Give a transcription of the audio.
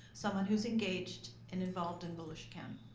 someone who's engaged and involved in volusia county.